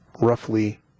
roughly